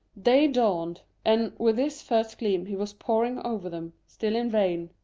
day dawned, and, with its first gleam, he was poring over them still in vain.